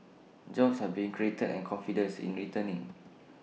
jobs are being created and confidence in returning